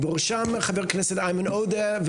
ובראשם חבר הכנסת איימן עודה.